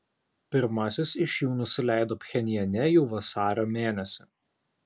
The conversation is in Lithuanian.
pirmasis iš jų nusileido pchenjane jau vasario mėnesį